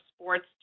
sports